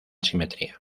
simetría